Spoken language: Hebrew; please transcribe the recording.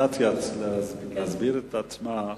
אנסטסיה להסביר את עצמה.